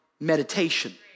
meditation